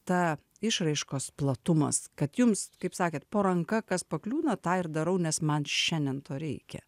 ta išraiškos platumas kad jums kaip sakėt po ranka kas pakliūna tą ir darau nes man šiandien to reikia